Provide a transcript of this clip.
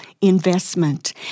investment